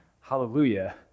hallelujah